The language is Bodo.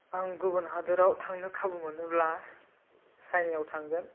आं गुबुन हादोराव थांनो खाबु मोनोब्ला चाइनायाव थांगोन